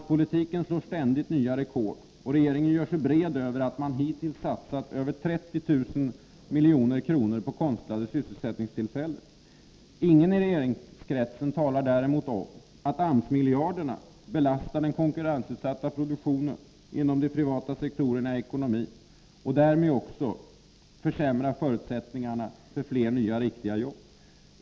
AMS-politiken slår ständigt nya rekord, och regeringen gör sig bred över att man hittills satsat över 30 000 milj.kr. på konstlade sysselsättningstillfällen. Ingen i regeringskretsen talar däremot om att AMS-miljarderna belastar den konkurrensutsatta produktionen inom de privata sektorerna av ekonomin och därmed försämrar förutsättningarna för fler nya riktiga jobb.